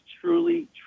truly